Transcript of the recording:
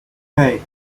hey